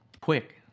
Quick